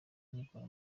amikoro